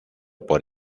por